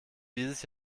dieses